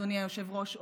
אדוני היושב-ראש,